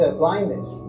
blindness